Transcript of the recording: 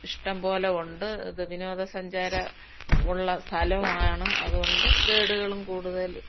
ഇഷ്ടംപോലെ ഉണ്ട് അത് വിനോദസഞ്ചാരം ഉള്ള സ്ഥലവുമാണ് അതുകൊണ്ട് ഗൈഡുകളും കൂടുതൽ